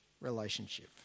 relationship